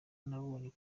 nabonye